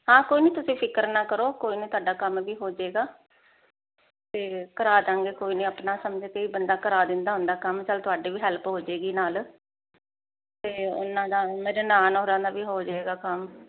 ਹਾਂ ਕੋਈ ਨਹੀਂ ਤੁਸੀਂ ਫਿਕਰ ਨਾ ਕਰੋ ਕੋਈ ਨਹੀਂ ਤੁਹਾਡਾ ਕੰਮ ਵੀ ਹੋ ਜਾਏਗਾ ਤੇ ਕਰਾ ਦਾਂਗੇ ਕੋਈ ਨਹੀਂ ਆਪਣਾ ਸਮਝ ਕੇ ਵੀ ਬੰਦਾ ਕਰਾ ਦਿੰਦਾ ਹੁੰਦਾ ਕੰਮ ਚੱਲ ਤੁਹਾਡੇ ਵੀ ਹੈਲਪ ਹੋ ਜਾਏਗੀ ਨਾਲ ਤੇ ਉਹਨਾਂ ਦਾ ਮੇਰੇ ਨਨਾਣ ਹੋਰਾਂ ਦਾ ਵੀ ਹੋ ਜਾਏਗਾ ਕੰਮ